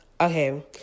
Okay